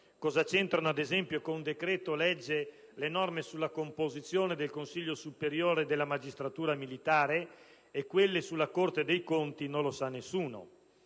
(cosa c'entrano ad esempio con il decreto-legge le norme sulla composizione del Consiglio superiore della magistratura militare e quelle sulla Corte dei conti non lo sa nessuno),